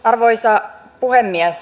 arvoisa puhemies